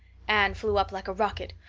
anne flew up like a rocket.